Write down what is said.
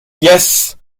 yes